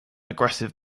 aggressive